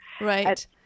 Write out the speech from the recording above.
Right